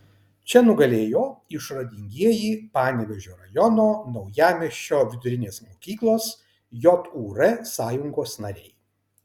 čia nugalėjo išradingieji panevėžio rajono naujamiesčio vidurinės mokyklos jūr sąjungos nariai